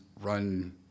run